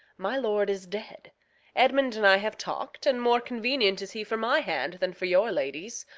my lord is dead edmund and i have talk'd, and more convenient is he for my hand than for your lady's.